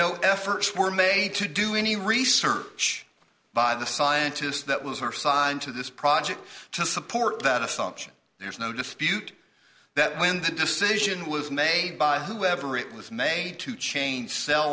no efforts were made to do any research by the scientists that was worse on to this project to support that assumption there's no dispute that when the decision was made by whoever it was made to change cell